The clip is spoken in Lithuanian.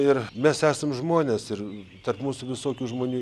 ir mes esam žmonės ir tarp mūsų visokių žmonių